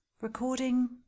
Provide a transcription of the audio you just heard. Recording